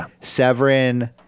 Severin